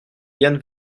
yann